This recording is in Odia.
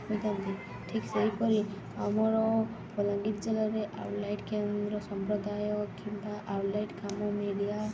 ହୋଇଥାନ୍ତି ଠିକ୍ ସେହିପରି ଆମର ବଲାଙ୍ଗୀର ଜିଲ୍ଲାରେ କେନ୍ଦ୍ର ସମ୍ପ୍ରଦାୟ କିମ୍ବା